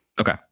Okay